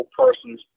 persons